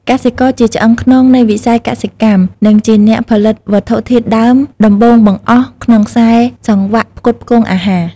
កសិករ ជាឆ្អឹងខ្នងនៃវិស័យកសិកម្ម និងជាអ្នកផលិតវត្ថុធាតុដើមដំបូងបង្អស់ក្នុងខ្សែសង្វាក់ផ្គត់ផ្គង់អាហារ។